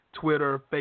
Twitter